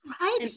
Right